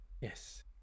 Yes